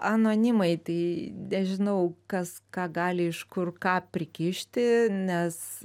anonimai tai nežinau kas ką gali iš kur ką prikišti nes